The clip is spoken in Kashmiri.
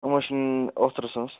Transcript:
یِم حظ چھِ اوتھرٕ سٕنٛز